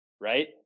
right